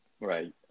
Right